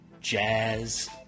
jazz